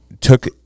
took